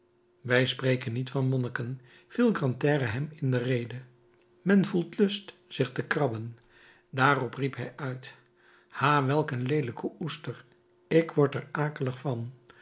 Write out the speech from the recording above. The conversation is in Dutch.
wij niet van monniken viel grantaire hem in de rede men voelt lust zich te krabben daarop riep hij uit ha welk een leelijke oester ik word er akelig van